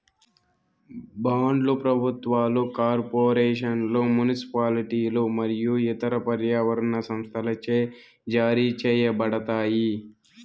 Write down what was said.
బాండ్లు ప్రభుత్వాలు, కార్పొరేషన్లు, మునిసిపాలిటీలు మరియు ఇతర పర్యావరణ సంస్థలచే జారీ చేయబడతాయి